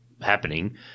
happening